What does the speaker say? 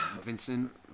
Vincent